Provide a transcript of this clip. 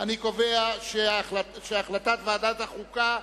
הצעת ועדת החוקה,